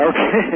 Okay